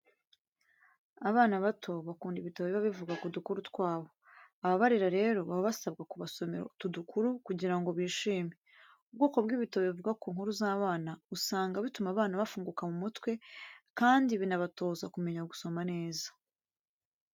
Abana bato bakunda ibitabo biba bivuga ku dukuru twabo. Ababarera rero baba basabwa kubasomera utu dukuru kugira ngo bishime. Ubwoko bw'ibitabo bivuga ku nkuru z'abana usanga bituma abana bafunguka mu mutwe, kandi binabatoza kumenya gusoma neza.